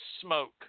smoke